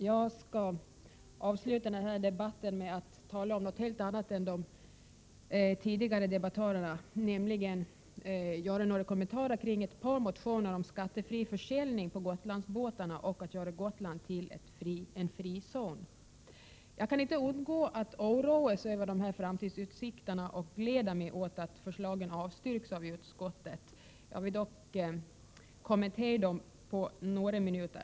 Herr talman! Som sista talare i debatten skall jag tala om någonting helt annat än det som tidigare debattörer har berört. Jag skall nämligen något kommentera ett par motioner, som handlar om skattefri försäljning på Gotlandsbåtarna och om önskemålet att göra Gotland till en frizon. Jag kan inte låta bli att oroa mig när det gäller framtidsutsikterna. Men jag gläder mig åt att framlagda förslag avstyrks av utskottet. Jag vill dock ägna några minuter åt att kommentera dessa saker.